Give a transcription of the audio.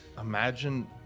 imagine